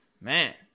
Man